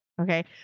Okay